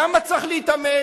למה צריך להתאמץ?